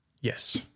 Yes